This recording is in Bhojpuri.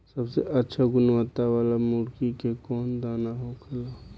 सबसे अच्छा गुणवत्ता वाला मुर्गी के कौन दाना होखेला?